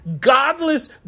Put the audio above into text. godless